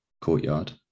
courtyard